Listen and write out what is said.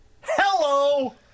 hello